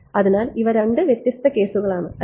അതിനാൽ ഇവ രണ്ട് വ്യത്യസ്ത കേസുകളാണ് അല്ലേ